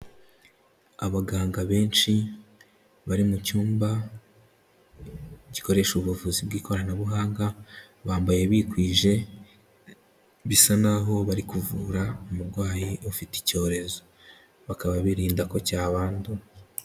Abaganga benshi bari mu cyumba gikoresha ubuvuzi bw'ikoranabuhanga, bambaye bikwije, bisa n'aho bari kuvura umurwayi ufite icyorezo, bakaba birinda ko cyabandura.